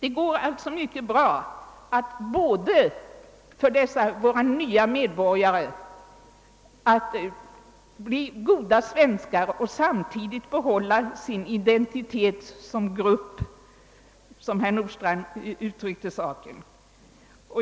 Det går alltså mycket bra att försöka få våra nya medborgare att bli goda svenskar och samtidigt behålla sin identitet som grupp, som herr Nordstrandh uttryckte saken.